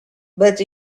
but